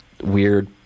weird